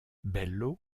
bello